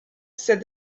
said